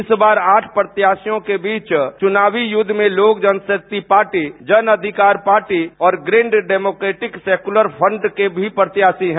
इस बार आठ प्रत्याशियों के बीच चुनावी युद्ध में लोक जनशक्ति पार्टी जन अधिकार पार्टी और ग्रैंड डेमोक्रेटिक सेकुलर फ्रंट के भी प्रत्याशी हैं